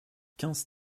quinze